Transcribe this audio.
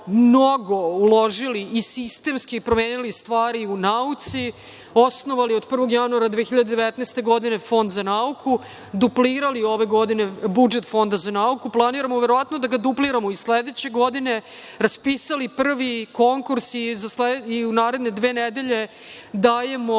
mnogo uložili i sistemski promenili stvari nauci. Osnovali smo 1. januara 2019. godine Fond za nauku. Duplirali smo ove godine budžet Fonda za nauku. Planiramo verovatno da ga dupliramo i sledeće godine. Raspisali smo prvi konkurs i u naredne dve nedelje dajemo